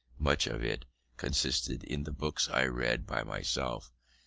much of it consisted in the books i read by myself,